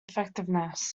effectiveness